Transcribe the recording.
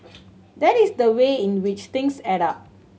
that is the way in which things add up